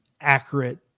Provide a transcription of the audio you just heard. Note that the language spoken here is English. accurate